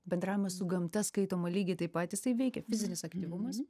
bendravimas su gamta skaitoma lygiai taip pat jisai veikia fizinis aktyvumas